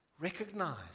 recognize